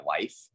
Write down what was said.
life